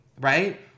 right